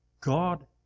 God